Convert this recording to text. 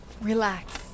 relax